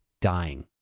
dying